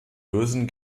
lösen